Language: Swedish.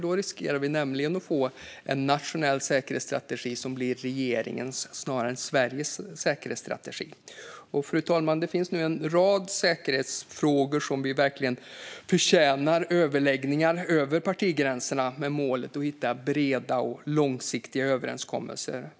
Vi riskerar nämligen att få en nationell säkerhetsstrategi som blir regeringens snarare än Sveriges säkerhetsstrategi. Fru talman! Det finns en rad säkerhetsfrågor som verkligen förtjänar överläggningar över partigränserna med målet att hitta breda och långsiktiga överenskommelser.